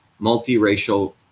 multiracial